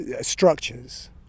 structures